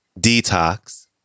Detox